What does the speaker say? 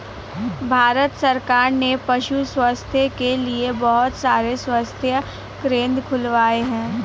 भारत सरकार ने पशु स्वास्थ्य के लिए बहुत सारे स्वास्थ्य केंद्र खुलवाए हैं